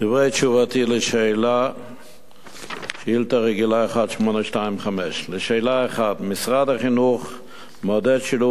דברי תשובתי על שאילתא 1825. 1. משרד החינוך מעודד שילוב